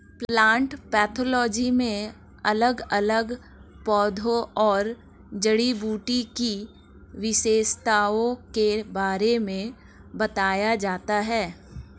plant pathology में अलग अलग पौधों और जड़ी बूटी की विशेषताओं के बारे में बताया जाता है